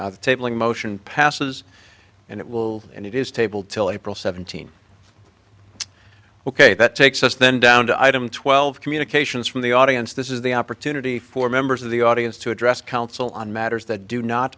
our tabling motion passes and it will and it is table till april seventeenth ok that takes us then down to item twelve communications from the audience this is the opportunity for members of the audience to address counsel on matters that do not